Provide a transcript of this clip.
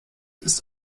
ist